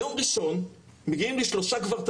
יום ראשון מגיעים לי שלושה גברברים